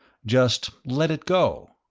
just let it go.